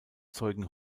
zeugen